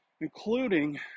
including